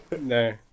No